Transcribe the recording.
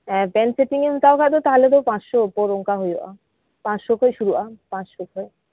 ᱦᱮ ᱯᱮᱱ ᱥᱤᱴᱤᱝ ᱮᱢ ᱦᱟᱛᱟᱣ ᱠᱷᱟᱡ ᱫᱚ ᱛᱟᱦᱞᱮ ᱫᱚ ᱯᱟᱸᱥᱥᱚ ᱩᱯᱚᱨ ᱚᱝᱠᱟ ᱦᱩᱭᱩᱜᱼᱟ ᱯᱟᱸᱪ ᱥᱚ ᱠᱷᱚᱡ ᱥᱩᱨᱩᱜᱼᱟ ᱯᱟᱸᱪ ᱥᱚ ᱠᱷᱚᱡ